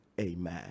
Amen